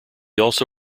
also